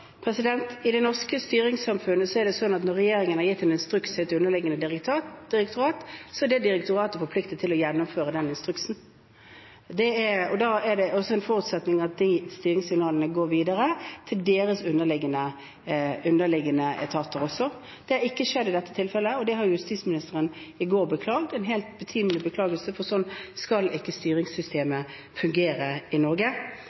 I det norske styringssamfunnet er det sånn at når regjeringen har gitt en instruks til et underliggende direktorat, er direktoratet forpliktet til å gjennomføre den instruksen. Da er det også en forutsetning at styringssignalene går videre til deres underliggende etater. Det er ikke skjedd i dette tilfellet, og det har justisministeren i går beklaget. Det var en helt betimelig beklagelse, for sånn skal ikke styringssystemet fungere i Norge.